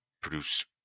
produce